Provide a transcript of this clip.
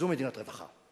זו מדינת רווחה.